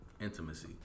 intimacy